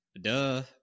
Duh